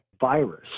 virus